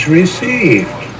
received